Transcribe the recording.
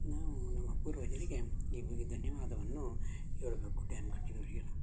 ನಾವು ನಮ್ಮ ಪೂರ್ವಜರಿಗೆ ನಿಮಗೆ ಧನ್ಯವಾದವನ್ನು ಹೇಳ್ಬೇಕು ಡ್ಯಾಮ್ ಕಟ್ಟಿದವರಿಗೆಲ್ಲ